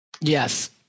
Yes